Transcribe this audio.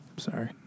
Sorry